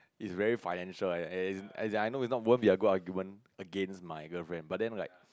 is very financial and as in likeI know it's not going to be a good argument against my girlfriend but then like